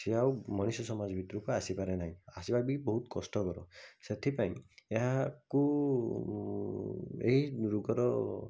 ସିଏ ଆଉ ମଣିଷ ସମାଜ ଭିତରକୁ ଆସିପାରେ ନାହିଁ ଆସିବା ବି ବହୁତ କଷ୍ଟକର ସେଥିପାଇଁ ଏହାକୁ ଏଇ ରୋଗର